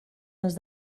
les